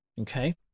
okay